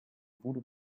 voodoo